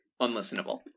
Unlistenable